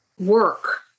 work